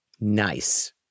Nice